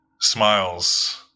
smiles